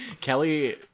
Kelly